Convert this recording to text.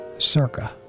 Circa